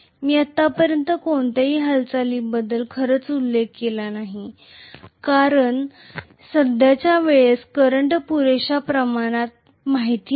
मी आतापर्यंतच्या कोणत्याही हालचालींबद्दल खरंच उल्लेख केलेला नाही कारण सध्याच्या वेळेस करंट पुरेश्या प्रमाणात माहिती नाही